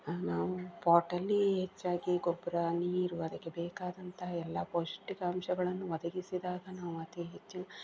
ನಾವು ಪಾಟಲ್ಲಿ ಹೆಚ್ಚಾಗಿ ಗೊಬ್ಬರ ನೀರು ಅದಕ್ಕೆ ಬೇಕಾದಂತಹ ಎಲ್ಲ ಪೌಷ್ಟಿಕಾಂಶಗಳನ್ನು ಒದಗಿಸಿದಾಗ ನಾವು ಅತಿ ಹೆಚ್ಚು